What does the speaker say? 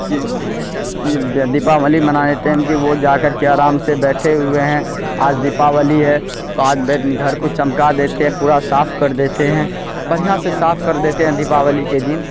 کہ دیپاولی مناتے ٹیم کی وہ جا کر کے آرام سے بیٹھے ہوئے ہیں آج دیپاولی ہے تو آج بیڈ گھر کو چمکا دیتے پورا صاف کر دیتے ہیں بڑھیا سے صاف کر دیتے ہیں دیپاولی کے دن